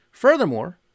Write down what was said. Furthermore